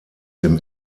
dem